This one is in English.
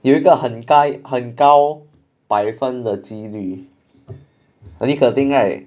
有一个很高很高百分的几率尼可丁 right